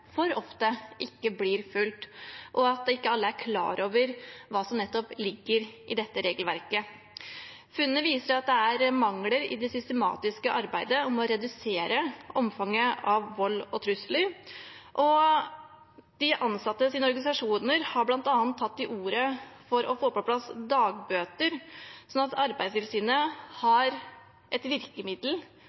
klar over hva som ligger i dette regelverket. Funnene viser at det er mangler i det systematiske arbeidet med å redusere omfanget av vold og trusler. De ansattes organisasjoner har bl.a. tatt til orde for å få på plass dagbøter, slik at Arbeidstilsynet har et virkemiddel